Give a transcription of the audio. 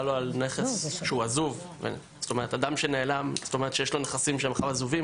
לו על נכס שהוא עזוב אדם שנעלם ויש לו נכסים שהם עזובים